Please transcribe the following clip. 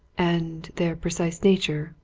and their precise nature?